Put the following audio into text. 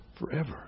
Forever